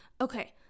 Okay